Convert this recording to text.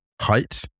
height